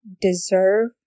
deserve